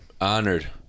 Honored